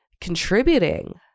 contributing